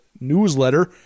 newsletter